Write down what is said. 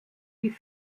die